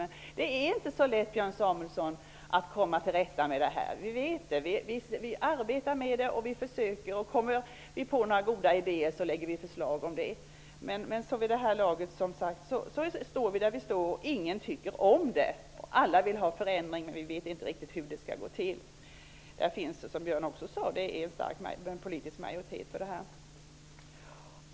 Men det är inte så lätt, Björn Samuelson, att komma till rätta med detta. Vi arbetar med det. Kommer vi på några goda idéer så lägger vi fram förslag om dessa. Men nu står vi där vi står, och ingen tycker om det. Alla vill ha förändringar, men vi vet inte riktigt hur det skall gå till. Det finns, som Björn Samuelson sade, en stark politisk majoritet för detta.